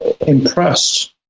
impressed